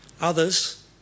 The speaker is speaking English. Others